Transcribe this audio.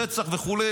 רצח וכו',